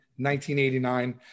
1989